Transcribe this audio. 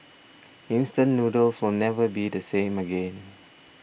instant noodles will never be the same again